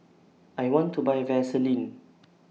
I want to Buy Vaselin